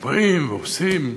באים ועושים.